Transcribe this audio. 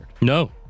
No